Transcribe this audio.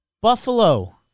Buffalo